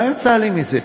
מה יצא לי מזה,